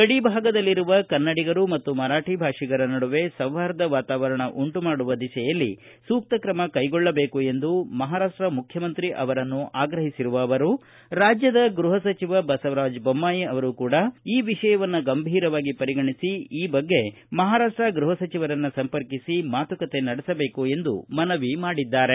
ಗಡಿ ಭಾಗದಲ್ಲಿರುವ ಕನ್ನಡಿಗರು ಮತ್ತು ಮರಾಠಿ ಭಾಷಿಗರ ನಡುವೆ ಸೌಹಾರ್ದ ವಾತಾವರಣ ಉಂಟು ಮಾಡುವ ದಿಸೆಯಲ್ಲಿ ಸೂಕ್ತ ಕ್ರಮ ಕೈಗೊಳ್ಳಬೇಕು ಎಂದು ಮಹಾರಾಷ್ಷ ಮುಖ್ಯಮಂತ್ರಿ ಅವರನ್ನು ಆಗ್ರಹಿಸಿರುವ ಅವರು ರಾಜ್ಯದ ಗೃಹ ಸಚಿವ ಬಸವರಾಜ ಬೊಮ್ಮಾಯಿ ಕೂಡಾ ಈ ವಿಷಯವನ್ನು ಗಂಭೀರವಾಗಿ ಪರಿಗಣಿಸಿ ಈ ಬಗ್ಗೆ ಮಹಾರಾಷ್ಷ ಗೃಹ ಸಚಿವರನ್ನು ಸಂಪರ್ಕಿಸಿ ಮಾತುಕತೆ ನಡೆಸಬೇಕು ಎಂದು ಮನವಿ ಮಾಡಿದ್ದಾರೆ